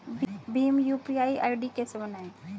Bhim UPI ID कैसे बनाएं?